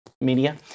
media